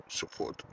support